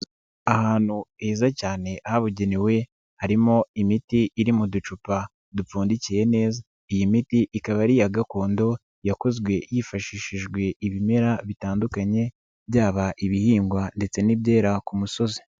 Ahantu heza cyane habugenewe harimo imiti iri mu ducupa dupfundikiye neza iyi miti ikaba ari iya gakondo yakozwe hifashishijwe ibimera bitandukanye byaba ibihingwa ndetse n'ibyera ku musozi.